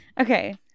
okay